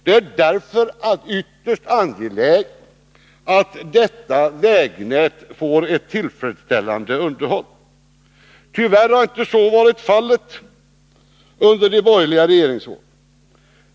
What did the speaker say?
Det är därför ytterst angeläget att detta vägnät underhålls på ett tillfredsställande sätt. Tyvärr har så inte varit fallet under de borgerliga regeringsåren.